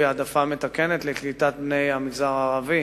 העדפה מתקנת בקליטת בני המגזר הערבי,